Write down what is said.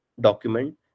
document